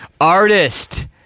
artist